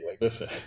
listen